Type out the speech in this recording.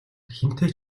хэнтэй